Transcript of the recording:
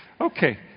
Okay